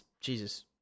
Jesus